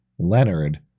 leonard